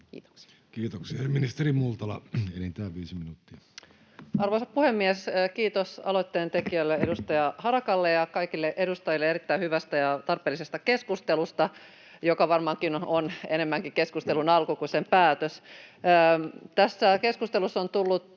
haasteiden aiheuttajana Time: 16:26 Content: Arvoisa puhemies! Kiitos aloitteen tekijälle, edustaja Harakalle, ja kaikille edustajille erittäin hyvästä ja tarpeellisesta keskustelusta, joka varmaankin on enemmänkin keskustelun alku kuin sen päätös. Tässä keskustelussa on tullut